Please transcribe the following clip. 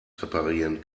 reparieren